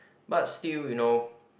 but still you know